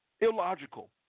Illogical